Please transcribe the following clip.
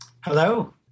Hello